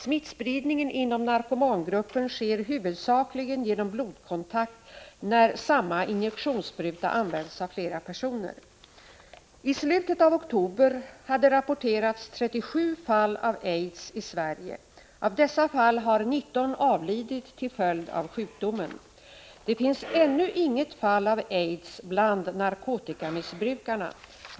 Smittspridningen inom narkomangruppen sker huvudsakligen genom blodkontakt när samma injektionsspruta används av flera personer. I slutet av oktober hade det rapporterats 37 fall av aids i Sverige. Av dessa fall har 19 avlidit till följd av sjukdomen. Det finns ännu inget fall av aids bland narkotikamissbrukarna.